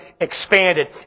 expanded